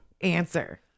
answer